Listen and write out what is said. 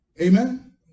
Amen